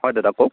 হয় দাদা কওক